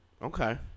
Okay